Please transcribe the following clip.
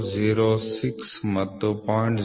006 ಮತ್ತು 0